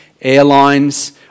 Airlines